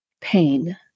pain